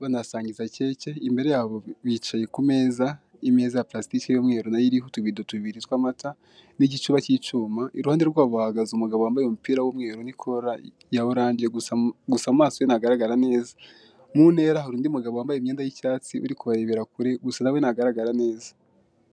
banayasangiza keke, imbere yabo bicaye ku meza, imeza ya palasitiki y'umweru nayo iriho utubido tubiri tw'amata n'igicuba cy'icyuma, iruhande rwabo bahagaze umugabo wambaye umupira w'umweru n'ikora ya oranje, gusa mu maso ye ntagaragara neza. Mu ntera hari undi mugabo wambaye imyenda y'icyatsi uri kubarebera kure gusa nawe ntagaragara neza.